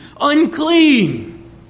unclean